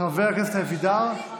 זה בדיוק הסיפור.